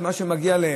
את מה שמגיע להם.